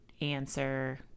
answer